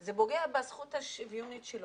זה פוגע בזכות השוויונית שלו.